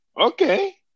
Okay